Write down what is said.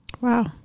Wow